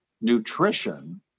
nutrition